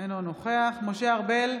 אינו נוכח משה ארבל,